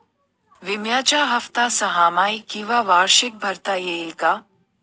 विम्याचा हफ्ता सहामाही किंवा वार्षिक भरता येईल का?